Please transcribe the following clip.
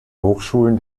hochschulen